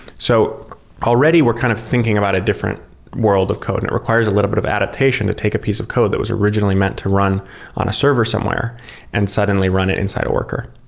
so already, we're kind of thinking about a different world of code and it requires a little bit of adaptation to take a piece of code that was originally meant to run on a server somewhere and suddenly run it inside a worker.